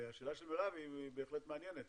השאלה של מרב היא בהחלט מעניינת,